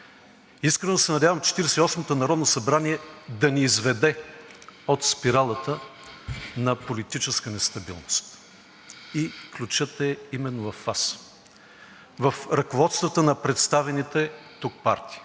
Искрено се надявам Четиридесет и осмото народно събрание да ни изведе от спиралата на политическа нестабилност и ключът е именно във Вас – в ръководствата на представените тук партии,